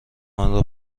آنرا